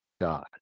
God